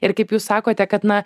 ir kaip jūs sakote kad na